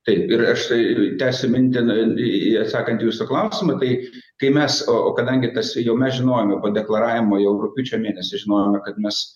taip ir aš tai tesiam in ten atsakant į jūsų klausimą tai kai mes o kadangi tas jau mes žinojom jau po deklaravimo jau rugpjūčio mėnesį žinojome kad mes